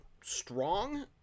strong